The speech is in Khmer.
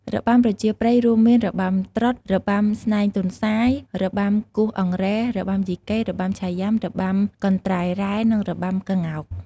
របាំប្រជាប្រិយរួមមាន របាំត្រុដិ, របាំស្នែងទន្សោយ, របាំគោះអង្រែ, របាំយីកេ, របាំឆៃយុំា, របាំកន្តែរ៉ែ, និងរបាំក្ងោក ។